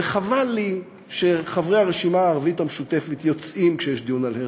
וחבל לי שחברי הרשימה הערבית המשותפת יוצאים כשיש דיון על הרצל,